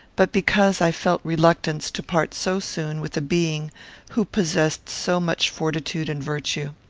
but because i felt reluctance to part so soon with a being who possessed so much fortitude and virtue.